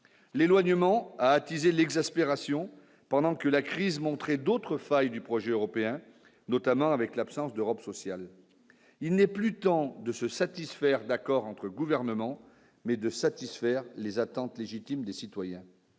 l'éloignement a attisé l'exaspération pendant que la crise montrer d'autres failles du projet européen, notamment avec l'absence d'Europe sociale, il n'est plus temps de se satisfaire d'accords entre gouvernement, mais de satisfaire les attentes légitimes des citoyens